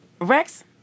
Rex